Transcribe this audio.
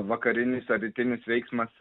vakarinis ar rytinis veiksmas